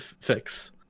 fix